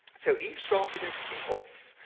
so he started everything off.